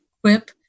whip